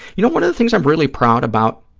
you know, one of the things i'm really proud about